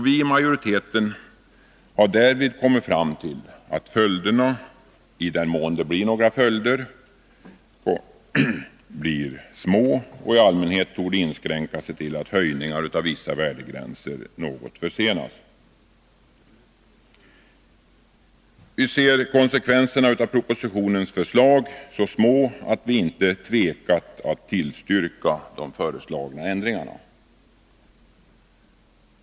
Vi i majoriteten har därvid kommit fram till att följderna — i den mån det blir några sådana — är mycket små och i allmänhet torde inskränka sig till att höjningen av vissa värdegränser i någon mån kan komma att försenas. Vi finner konsekvenserna av propositionens förslag så små att vi i majoriteten inte tvekar att tillstyrka de föreslagna ändringarna.